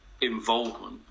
involvement